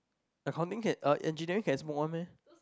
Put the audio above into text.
accounting can uh engineering can smoke one meh